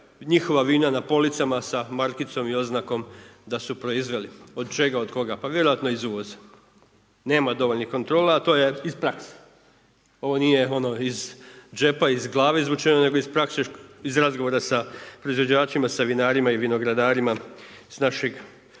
njihova vina na policama sa markicom i oznakom da su proizveli. Od čega, od koga? Pa vjerojatno iz uvoza. Nema dovoljnih kontrola, a to je iz prakse. Ovo nije ono iz džepa, iz glave izvučeno nego iz prakse, iz razgovora sa proizvođačima, sa vinarima i vinogradarima s našeg